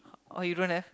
oh you don't have